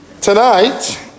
Tonight